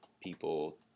people